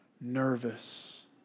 nervous